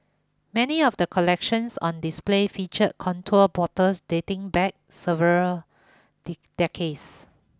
many of the collections on display featured contour bottles dating back several dick decades